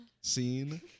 scene